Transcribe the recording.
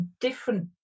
different